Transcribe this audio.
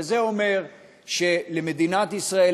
וזה אומר שלמדינת ישראל,